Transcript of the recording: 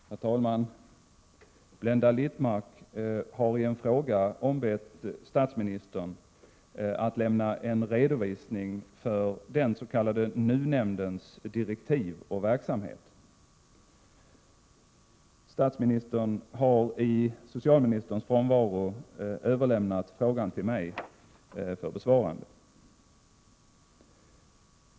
Herr talman! Blenda Littmarck har i en fråga ombett statsministern att lämna en redovisning för den s.k. NUU-nämndens direktiv och verksamhet. Statsministern har i socialministerns frånvaro överlämnat frågan till mig för besvarande.